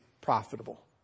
profitable